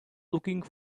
looking